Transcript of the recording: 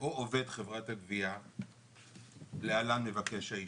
או עובד חברת הגבייה (להלן - מבקש האישור)